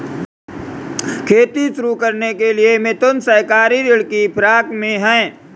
खेती शुरू करने के लिए मिथुन सहकारी ऋण की फिराक में है